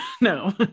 no